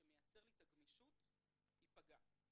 שמייצר את הגמישות ייפגע.